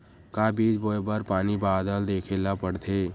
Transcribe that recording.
का बीज बोय बर पानी बादल देखेला पड़थे?